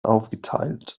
aufgeteilt